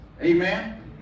Amen